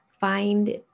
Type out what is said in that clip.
find